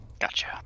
gotcha